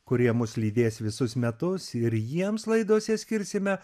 kurie mus lydės visus metus ir jiems laidose skirsime